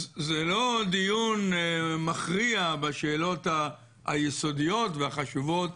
אז זה לא דיון מכריע בשאלות היסודיות והחשובות